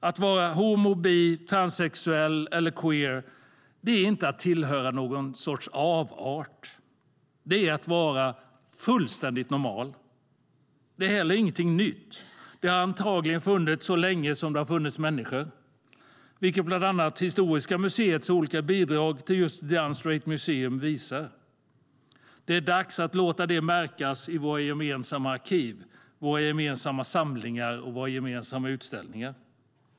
Att vara homo-, bi-, transsexuell eller queer är inte att tillhöra någon sorts avart; det är att vara fullständigt normal. Det är heller ingenting nytt. Det har antagligen funnits så länge det funnits människor, vilket bland annat Historiska museets olika bidrag till just The Unstraight Museum visar. Det är dags att låta det märkas i våra gemensamma arkiv, samlingar och utställningar.